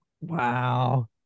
wow